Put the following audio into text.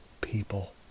people